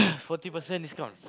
forty percent discount